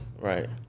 Right